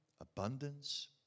abundance